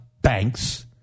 banks